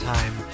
Time